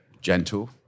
gentle